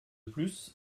plus